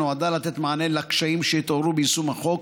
נועדה לתת מענה לקשיים שהתעוררו ביישום החוק